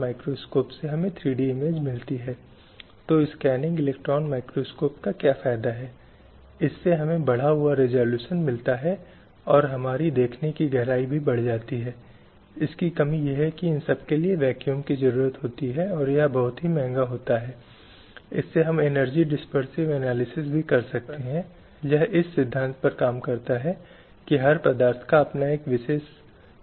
हालाँकि आप जानते हैं यह तथ्य कि सभी वर्गों के लोगों को या कई या कुछ वर्गों के लोगों को इन मूल अधिकारों से समाज नकारता है जिसके लिए इसे एक विशिष्ट उल्लेख की आवश्यकता होती है और इन अंतर्राष्ट्रीय साधनों घोषणाओं आदि का महत्व है जो फिर से जोर देते हैं इसे स्थापित करने के लिए